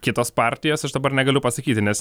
kitos partijos aš dabar negaliu pasakyti nes